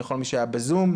לכל מי שהיה בזום,